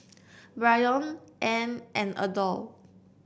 Brion Anne and Adolph